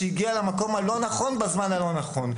שהגיעה למקום הלא נכון בזמן הלא נכון,